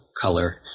color